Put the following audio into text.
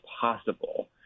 possible